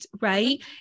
Right